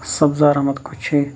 سبزار احمد کُچھے